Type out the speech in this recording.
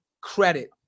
credit